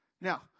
Now